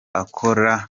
bakora